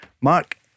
Mark